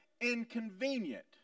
inconvenient